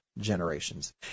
generations